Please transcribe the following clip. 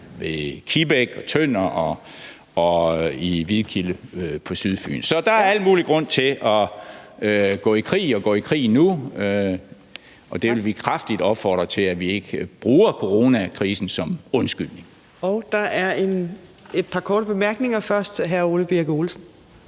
ved Kibæk og Tønder og i Hvidkilde på Sydfyn. Så der er al mulig grund til at gå i krig og gå i krig nu, og der vil vi kraftigt opfordre til, at vi ikke bruger coronakrisen som undskyldning. Kl. 21:11 Fjerde næstformand (Trine Torp): Tak! Der er